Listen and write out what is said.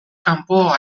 kanpo